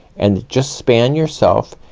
and just span yourself,